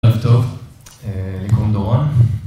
אז טוב, לי קוראים דורון.